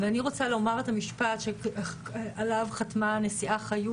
אני רוצה לומר את המשפט שעליו חתמה הנשיאה חיות